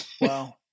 Wow